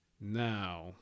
Now